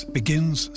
begins